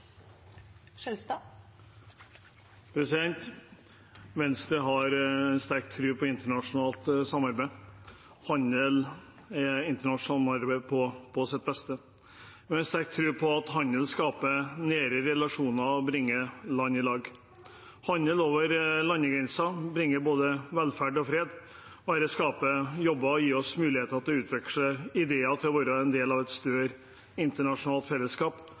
internasjonalt samarbeid på sitt beste. Vi har en sterk tro på at handel skaper nære relasjoner og bringer land sammen. Handel over landegrenser bringer både velferd og fred, og dette skaper jobber og gir oss muligheter til å utveksle ideer og være en del av et større internasjonalt fellesskap.